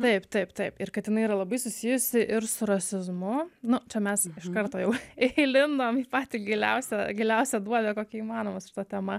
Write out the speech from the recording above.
taip taip taip ir kad jinai yra labai susijusi ir su rasizmu nu čia mes iš karto jau įlindom į patį giliausią giliausią duobę kokią įmanoma su šita tema